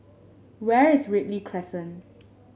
where is Ripley Crescent